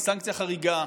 היא סנקציה חריגה.